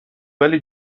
ولی